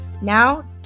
Now